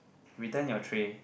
return your tray